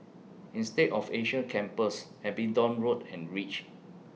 Insead of Asia Campus Abingdon Road and REACH